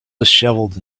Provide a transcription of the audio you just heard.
dishevelled